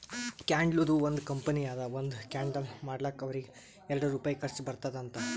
ಕ್ಯಾಂಡಲ್ದು ಒಂದ್ ಕಂಪನಿ ಅದಾ ಒಂದ್ ಕ್ಯಾಂಡಲ್ ಮಾಡ್ಲಕ್ ಅವ್ರಿಗ ಎರಡು ರುಪಾಯಿ ಖರ್ಚಾ ಬರ್ತುದ್ ಅಂತ್